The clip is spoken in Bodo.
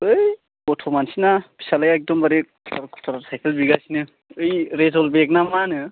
है गथ' मानसिना फिसालाया एकदमबारे खुथार खुथार साइकेल बिगासिनो ओइ रेज'ल बेक ना मा होनो